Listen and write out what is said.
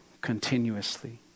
continuously